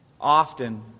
often